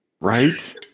Right